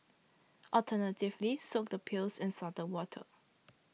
alternatively soak the peels in salted water